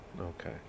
Okay